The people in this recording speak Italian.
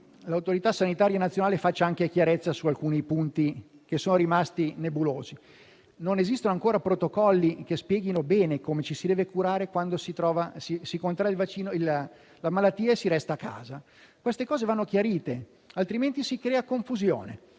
autorità sanitarie nazionali facciano chiarezza su alcuni punti che sono rimasti nebulosi. Non esistono ancora protocolli che spieghino bene come ci si deve curare quando si contrae la malattia e si resta a casa. Queste cose vanno chiarite, altrimenti si crea confusione.